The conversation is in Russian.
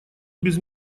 без